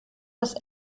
das